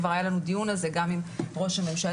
כבר היה לנו דיון על זה גם עם ראש הממשלה